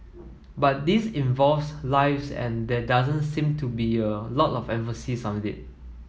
but this involves lives and there doesn't seem to be a lot of emphasis on it